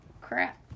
crap